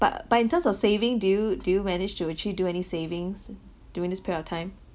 but but in terms of saving do you do you manage to actually do any savings during this period of time